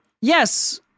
Yes